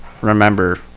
remember